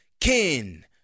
Kin